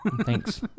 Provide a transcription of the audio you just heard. Thanks